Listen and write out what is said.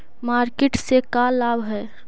Market से का लाभ है?